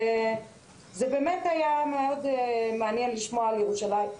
זה באמת מאוד מעניין לשמוע על ירושלים,